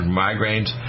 migraines